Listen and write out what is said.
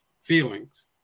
feelings